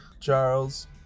Charles